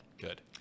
Good